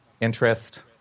interest